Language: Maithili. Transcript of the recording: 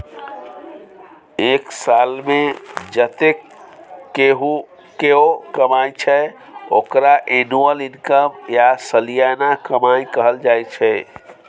एक सालमे जतेक केओ कमाइ छै ओकरा एनुअल इनकम या सलियाना कमाई कहल जाइ छै